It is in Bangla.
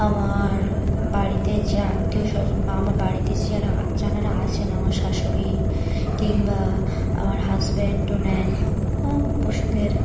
আমার বাড়িতে যে আত্মীয় স্বজন বা আমার বাড়িতে যে যারা যারা আছেন আমার শাশুড়ি কিংবা আমার হাজব্যান্ডও নেন পশুদের